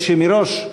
מי שמראש,